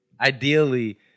ideally